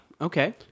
okay